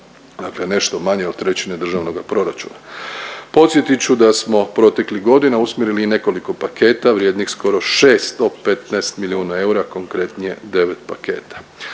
dakle nešto manje od trećine državnoga proračuna. Podsjetit ću da smo proteklih godina usmjerili i nekoliko paketa vrijednih skoro 615 milijuna eura, konkretnije 9 paketa.